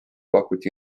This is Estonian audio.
pakuti